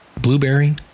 Blueberry